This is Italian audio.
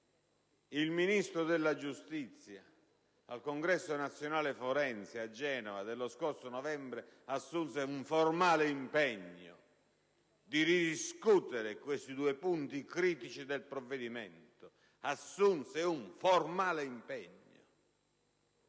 il Ministro della giustizia, al Congresso nazionale forense dello scorso novembre, tenutosi a Genova, assunse il formale impegno di ridiscutere questi due punti critici del provvedimento. Assunse un formale impegno,